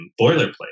boilerplate